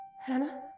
Hannah